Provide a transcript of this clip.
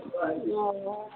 हँ